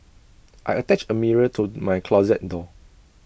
I attached A mirror to my closet door